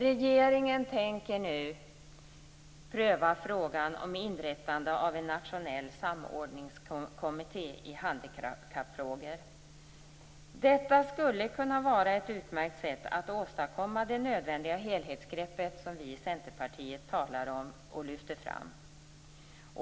Regeringen tänker nu pröva frågan om inrättande av en nationell samordningskommitté i handikappfrågor. Detta skulle kunna vara ett utmärkt sätt att åstadkomma det nödvändiga helhetsgrepp som vi i Centerpartiet talar om och lyfter fram.